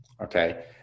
okay